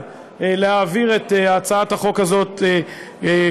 להפוך את הצעת החוק הזאת להצעה לסדר-היום,